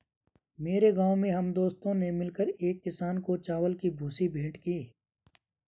मेरे गांव में हम दोस्तों ने मिलकर एक किसान को चावल की भूसी भेंट की